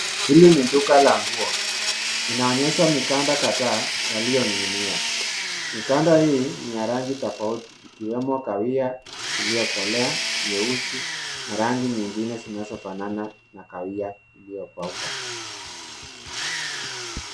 Hili ni duka la nguo. Linaoonyesha mikanda kadhaa yaliyoning'inia. Mikanda hii ni ya rangi tofauti ikiwemo kahawia iliyokolea, nyeusi na rangi nyingine zinazofanana na kahawia iliyokauka.